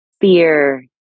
fear